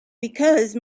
because